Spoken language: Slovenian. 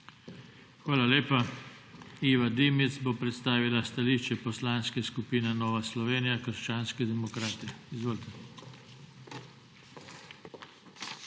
Hvala lepa. Iva Dimic bo predstavila stališče Poslanske skupine Nova Slovenija – krščanski demokrati. Izvolite.